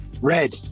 red